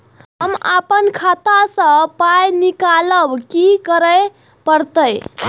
हम आपन खाता स पाय निकालब की करे परतै?